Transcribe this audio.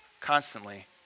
constantly